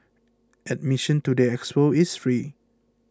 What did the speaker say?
admission to the expo is free